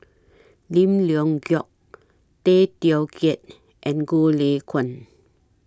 Lim Leong Geok Tay Teow Kiat and Goh Lay Kuan